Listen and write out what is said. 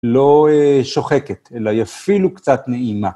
לא שוחקת, אלא היא אפילו קצת נעימה.